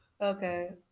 Okay